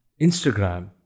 Instagram